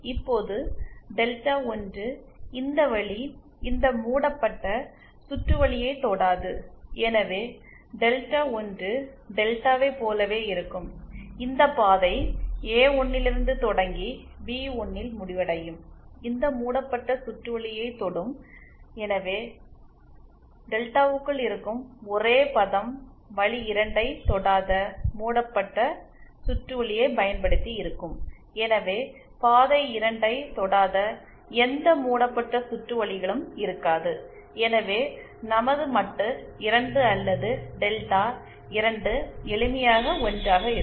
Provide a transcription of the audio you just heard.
இப்போது டெல்டா 1 இந்த வழி இந்த மூடப்பட்ட சுற்றுவழியை தொடாது எனவே டெல்டா ஒன்று டெல்டாவைப் போலவே இருக்கும் இந்த பாதை ஏ1 லிருந்து தொடங்கி பி1 இல் முடிவடையும் இந்த மூடப்பட்ட சுற்றுவழியை தொடும் எனவே டெல்டாவுக்குள் இருக்கும் ஒரே பதம் வழி 2யை தொடாத மூடப்பட்ட சுற்றுவழியை பயன்படுத்தி இருக்கும் எனவே பாதை 2 ஐத் தொடாத எந்த மூடப்பட்ட சுற்று வழிகளும் இருக்காதுஎனவே நமது மட்டு 2 அல்லது டெல்டா 2 எளிமையாக 1 ஆக இருக்கும்